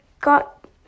got